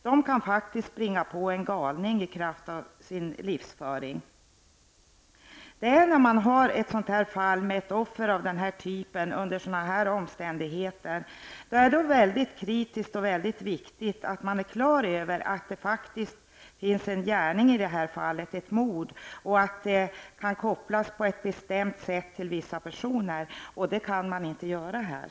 De kan faktiskt springa på en galning i kraft av sin livsföring. Det är när man har ett sådant här fall med ett offer av den här typen under sådana här omständigheter, det är då väldigt kritiskt och väldigt viktigt att man är klar över att det faktiskt finns en gärning i det här fallet, ett mord, och att det kan kopplas på ett bestämt sätt till vissa personer. Och det kan man inte göra här.''